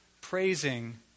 praising